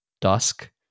dusk